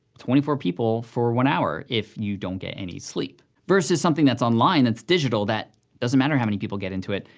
twenty four people for one hour, if you don't get any sleep. versus something that's online, that's digital, that doesn't matter how many people get into it,